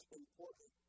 important